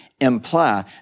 imply